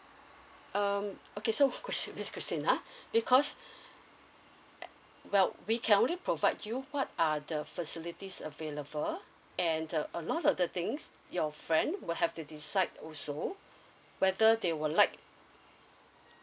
um okay so chris~ miss christina because uh well we can only provide you what are the facilities available and uh a lot of the things your friend will have to decide also whether they will like